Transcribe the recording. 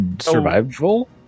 survival